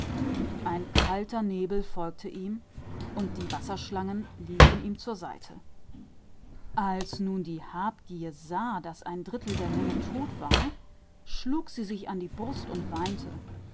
ein kalter nebel folgte ihm und die wasserschlangen liefen ihm zur seite und als die habsucht sah daß der dritte teil der menge tot war schlug sie sich die brust und weinte